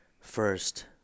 first